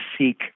seek